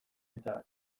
eta